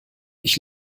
ich